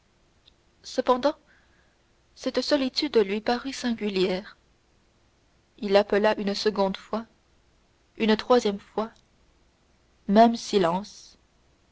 cependant cette solitude lui parut singulière il appela une seconde fois une troisième fois même silence